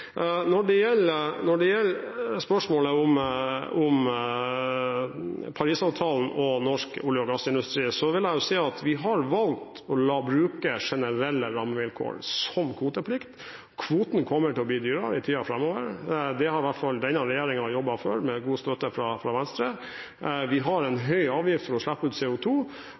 Når det gjelder spørsmålet om Paris-avtalen og norsk olje- og gassindustri, vil jeg si at vi har valgt å bruke generelle rammevilkår som kvoteplikt. Kvotene kommer til å bli dyrere i tiden framover, det har i hvert fall denne regjeringen jobbet for, med god støtte fra Venstre. Vi har en høy avgift for å slippe ut